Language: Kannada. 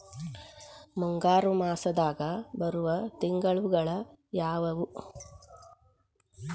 ಮುಂಗಾರು ಮಾಸದಾಗ ಬರುವ ತಿಂಗಳುಗಳ ಯಾವವು?